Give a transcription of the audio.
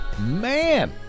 man